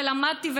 ולמדתי,